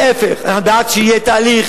להיפך, אנחנו בעד שיהיה תהליך